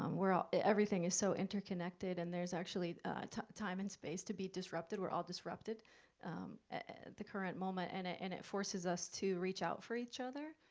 um we're all, everything is so interconnected and there's actually a time and space to be disrupted. we're all disrupted at the current moment, and ah and it forces us to reach out for each other,